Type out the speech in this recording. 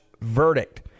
verdict